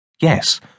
Yes